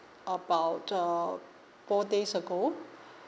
about uh four days ago